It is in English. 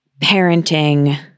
parenting